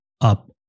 up